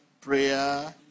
prayer